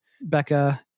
Becca